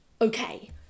okay